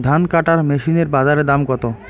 ধান কাটার মেশিন এর বাজারে দাম কতো?